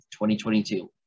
2022